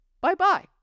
bye-bye